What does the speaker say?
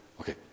Okay